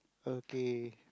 okay